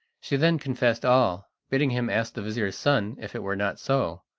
she then confessed all, bidding him ask the vizir's son if it were not so.